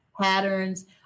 Patterns